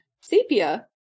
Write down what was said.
Sepia